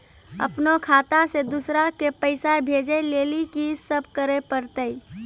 अपनो खाता से दूसरा के पैसा भेजै लेली की सब करे परतै?